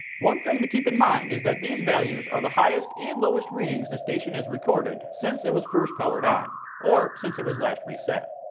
one thing to keep in mind is that these values are the highest and lowest readings the station has recorded since it was first powered on, or since it was last reset.